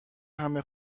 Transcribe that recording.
همه